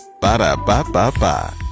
Ba-da-ba-ba-ba